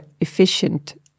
efficient